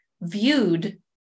viewed